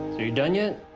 you're done yet?